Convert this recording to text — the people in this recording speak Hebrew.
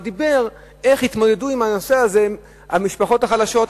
דיבר איך יתמודדו עם הנושא הזה המשפחות החלשות,